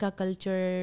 culture